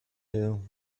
hill